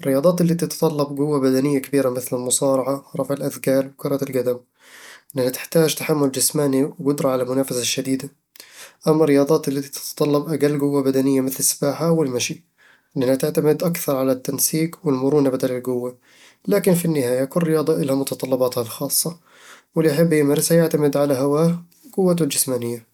الرياضات اللي تتطلب قوة بدنية كبيرة مثل المصارعة، رفع الأثقال، وكرة القدم، لأنها تحتاج تحمل جسماني وقدرة على المنافسة الشديدة أما الرياضات اللي تتطلب أقل قوة بدنية مثل السباحة أو المشي، لأنها تعتمد أكثر على التنسيق والمرونة بدل القوة لكن في النهاية، كل رياضة الها متطلباتها الخاصة، واللي يحب يمارسها يعتمد على هواه وقوته الجسمانية